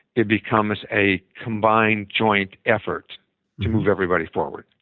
it becomes a combined, joint effort to move everybody forward,